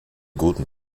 guten